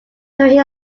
during